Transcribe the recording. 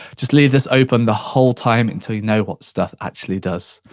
just leave this open the whole time, until you know what stuff actually does.